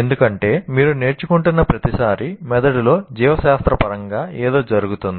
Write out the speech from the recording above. ఎందుకంటే మీరు నేర్చుకుంటున్న ప్రతిసారీ మెదడులో జీవశాస్త్రపరంగా ఏదో జరుగుతోంది